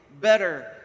better